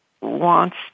wants